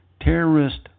terrorist